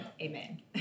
Amen